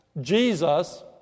Jesus